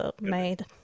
made